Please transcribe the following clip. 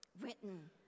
written